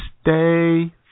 Stay